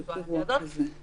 ועכשיו, בסעיף הזה,